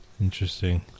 Interesting